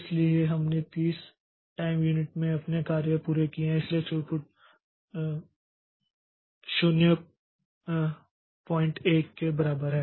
इसलिए हमने 30 time unit में 3 कार्य पूरे किए हैं इसलिए थ्रूपुट 01 के बराबर है